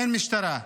אין משטרה.